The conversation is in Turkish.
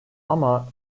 ama